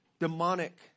demonic